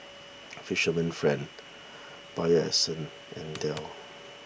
Fisherman's Friend Bio Essence and Dell